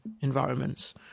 environments